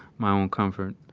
my own comfort.